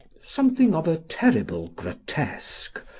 something of a terrible grotesque,